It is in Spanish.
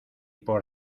por